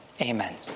amen